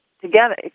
Together